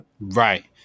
Right